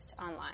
online